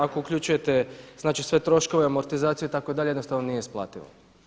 Ako uključujete znači sve troškove amortizaciju itd. jednostavno nije isplativo.